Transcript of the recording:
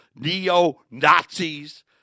neo-Nazis